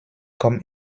comme